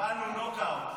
קיבלנו נוק-אאוט.